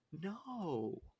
No